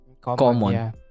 common